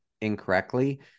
incorrectly